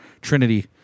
Trinity